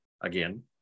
again